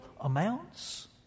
amounts